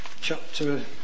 chapter